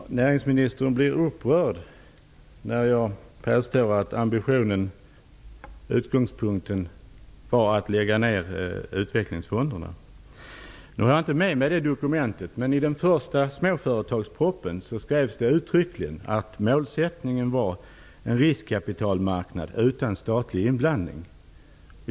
Fru talman! Näringsministern blir upprörd när jag påstår att ambitionen och utgångspunkten var att lägga ner utvecklingsfonderna. Jag har inte med mig det dokumentet, men i den första småföretagspropositionen skrevs det uttryckligen att målsättningen var en riskkapitalmarknad utan statlig inblandning.